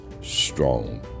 strong